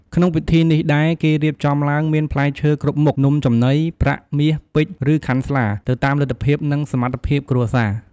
ក្នុងពិធីនេះដែរគេរៀបចំឡើងមានផ្លែឈើគ្រប់មុខ នំចំណី ប្រាក់ មាស ពេជ្រ ឬខាន់ស្លា ទៅតាមលទ្ធភាព និងសមត្ថភាពគ្រួសារ។